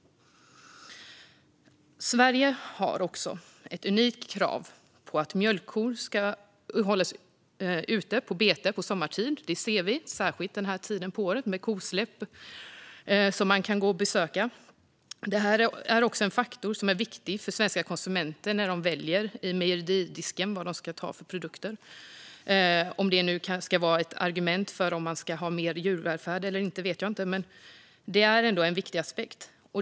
Sverige har också ett unikt krav på att mjölkkor ska hållas ute på bete sommartid. Det ser vi särskilt den här tiden på året med kosläpp som man kan besöka. Det här är också en faktor som är viktig för svenska konsumenter när de väljer produkter i mejeridisken. Om det ska vara ett argument för mer djurvälfärd vet jag inte, men det är ändå en viktig aspekt.